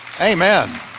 Amen